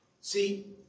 See